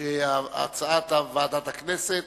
הצעת ועדת הכנסת